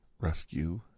Rescue